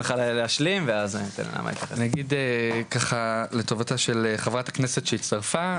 אני אגיד לטובת חברת הכנסת שהצטרפה,